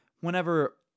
whenever